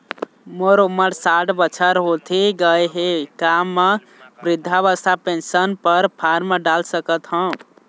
मोर उमर साठ बछर होथे गए हे का म वृद्धावस्था पेंशन पर फार्म डाल सकत हंव?